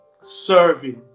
serving